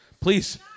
Please